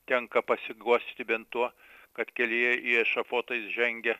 tenka pasiguosti bent tuo kad kelyje į ešafotą jis žengia